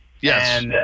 Yes